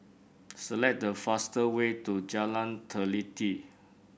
select the faster way to Jalan Teliti